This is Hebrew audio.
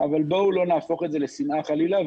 אבל בואו לא נהפוך את זה לשנאה חלילה.